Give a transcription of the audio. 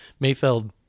Mayfeld